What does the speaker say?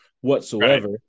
whatsoever